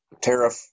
Tariff